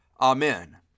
Amen